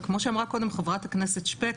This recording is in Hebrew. וכמו שאמרה קודם חברת הכנסת שפק,